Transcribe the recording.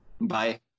bye